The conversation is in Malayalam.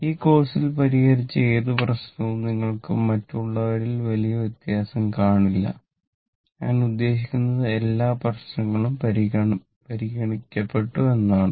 ഈ കോഴ്സിൽ പരിഹരിച്ച ഏത് പ്രശ്നവും നിങ്ങൾക്ക് മറ്റുള്ളവരിൽ വലിയ വ്യത്യാസം കാണില്ല ഞാൻ ഉദ്ദേശിക്കുന്നത് എല്ലാ പ്രശ്നങ്ങളും പരിഗണിക്കപ്പെട്ടു എന്നാണ്